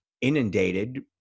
inundated